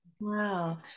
Wow